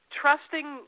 trusting